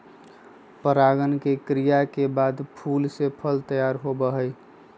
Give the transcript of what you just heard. परागण के क्रिया के बाद फूल से फल तैयार होबा हई